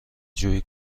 جویی